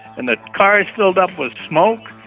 and the cars filled up with smoke.